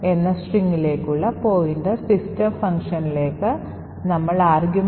ഇപ്പോൾ മൂന്ന് നിർദ്ദേശങ്ങളുടെ ഈ സെറ്റ് ഒരു റാൻഡം കാനറി സ്റ്റാക്കിലേക്ക് ലോഡുചെയ്യുന്നു